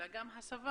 אלא גם הסבה.